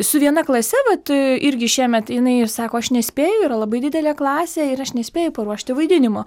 su viena klase vat irgi šiemet jinai sako aš nespėju yra labai didelė klasė ir aš nespėju paruošti vaidinimo